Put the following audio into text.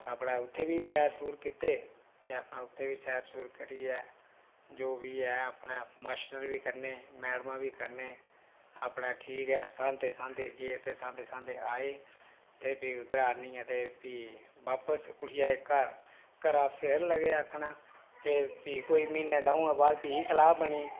ते अपना उत्थै बी सेैर सूर कीते ते अपने उत्थै बी सैर सूर करियै जो बी ऐ अपना सर बी कन्नै मैडमा बी कन्नै अपने ठीक ऐ हसांदे हसांदे गे ते हसांदे हसांदे आए ते फ्ही उद्धरा आह्नियै ते बापस उट्ठियै अपने घर घरा फिर लगे आक्खना ते प्ही कोई म्हीने दौं बाद बापस सलाह बनी